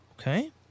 okay